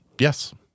Yes